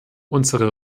unsere